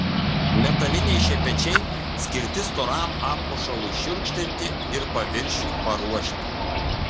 metaliniai šepečiai skirti storam apmušalui šiurkštinti ir paviršiui paruošti